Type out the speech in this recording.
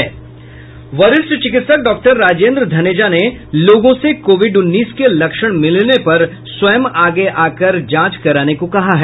वरिष्ठ चिकित्सक डॉक्टर राजेन्द्र धनेजा ने लोगों से कोविड उन्नीस के लक्षण मिलने पर स्वयं आगे आ कर जांच कराने को कहा है